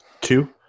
two